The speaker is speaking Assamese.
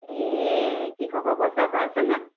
এই কি কৃষকৰ পইচা পাইছেনে